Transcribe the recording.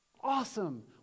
Awesome